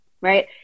right